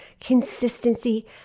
Consistency